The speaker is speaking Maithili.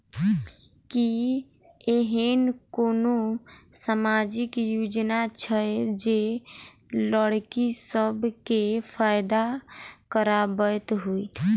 की एहेन कोनो सामाजिक योजना छै जे लड़की सब केँ फैदा कराबैत होइ?